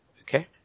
Okay